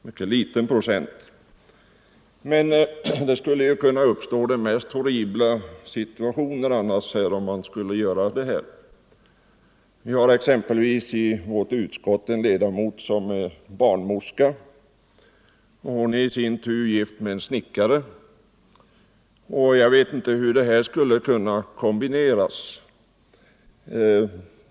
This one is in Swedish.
Det skulle ju annars kunna uppstå de mest horribla situationer, om man skulle genomföra denna ordning. Vi har exempelvis i vårt utskott en ledamot som är barnmorska. Hon är gift med en snickare. Jag vet inte hur det här skulle kunna kombineras.